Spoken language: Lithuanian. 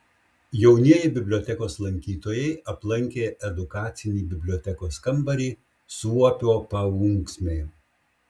jaunieji bibliotekos lankytojai aplankė edukacinį bibliotekos kambarį suopio paunksmė